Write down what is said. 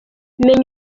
menya